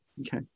Okay